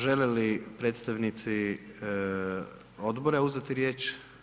Žele li predstavnici odbora uzeti riječ?